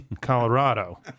Colorado